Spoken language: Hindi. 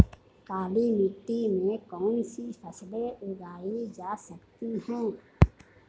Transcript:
काली मिट्टी में कौनसी फसलें उगाई जा सकती हैं?